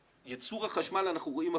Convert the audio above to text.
בייצור החשמל אנחנו רואים הפחתה.